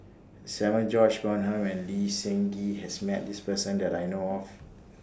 Samuel George Bonham and Lee Seng Gee has Met This Person that I know of